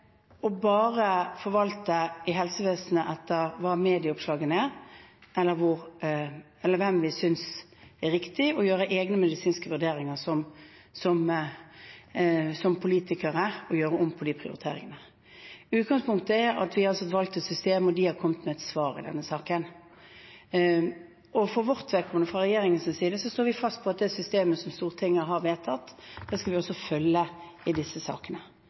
bare forvalte i helsevesenet etter hva medieoppslagene er, eller hvem vi som politikere synes det er riktig å gjøre egne medisinske vurderinger for, og gjøre om på de prioriteringene. Utgangspunktet er at vi har valgt et system, og de har kommet med et svar i denne saken. For vårt vedkommende, fra regjeringens side, står vi fast på at det systemet som Stortinget har vedtatt, skal vi også følge i disse sakene.